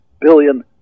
billion